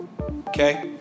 Okay